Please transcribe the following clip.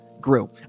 grew